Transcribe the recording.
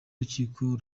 rukiko